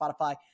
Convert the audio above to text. Spotify